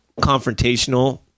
confrontational